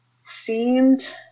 seemed